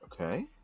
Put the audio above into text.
Okay